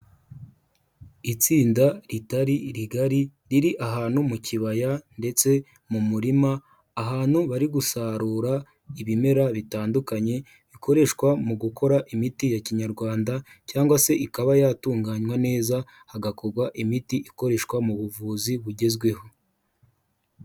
Itsinda ritari rigari riri ahantu mu kibaya ndetse mu murima, ahantu bari gusarura ibimera bitandukanye bikoreshwa mu gukora imiti ya kinyarwanda, cyangwa se ikaba yatunganywa neza hagakorwa imiti ikoreshwa mu buvuzi bugezweho.